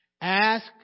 Ask